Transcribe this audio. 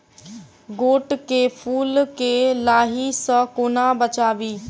गोट केँ फुल केँ लाही सऽ कोना बचाबी?